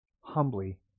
humbly